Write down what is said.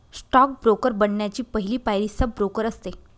stock broker बनण्याची पहली पायरी सब ब्रोकर असते